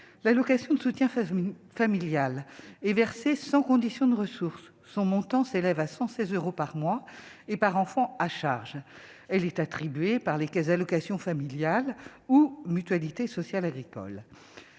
l'allocation de soutien familial et versées sans conditions de ressources, son montant s'élève à 116 euros par mois et par enfant à charge, elle est attribuée par les caisses d'allocations familiales ou mutualité sociale agricole,